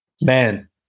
man